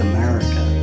America